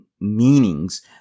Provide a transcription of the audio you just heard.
meanings